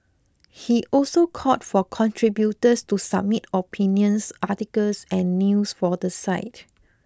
he also called for contributors to submit opinions articles and news for the site